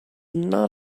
not